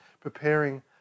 preparing